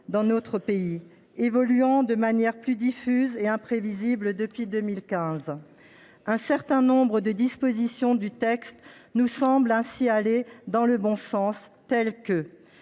dans notre pays. Elle évolue de manière plus diffuse et plus imprévisible depuis 2015. Un certain nombre des dispositions du texte nous semblent ainsi aller dans le bon sens. Je